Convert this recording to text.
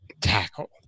tackle